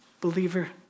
Believer